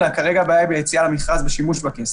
כרגע הבעיה היא ביציאה למכרז ושימוש בכסף.